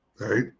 Right